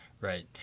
right